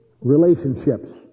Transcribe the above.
relationships